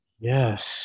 Yes